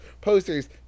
posters